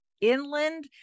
inland